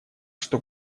что